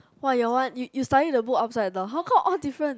!wow! your one you you study the book upside down how come all different